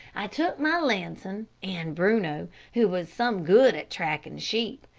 took my lantern and bruno, who was some good at tracking sheep,